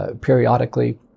periodically